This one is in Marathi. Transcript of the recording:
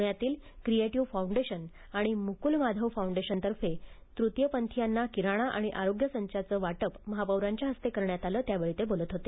पुण्यातील क्रिएटिव फाउंडेशन आणि मुकुल माधव फाउंडेशनतर्फे तृतीयपथीयांना किराणा आणि आरोग्य संचाचं वाटप महाप्रांच्या हस्ते करण्यात आलं त्यावेळी ते बोलत होते